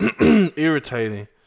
irritating